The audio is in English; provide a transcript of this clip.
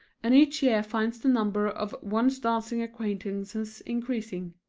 and each year finds the number of one's dancing acquaintances increasing.